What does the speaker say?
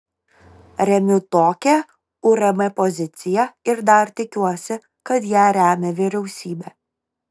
remiu tokią urm poziciją ir dar tikiuosi kad ją remia vyriausybė